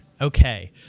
Okay